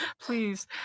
please